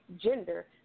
gender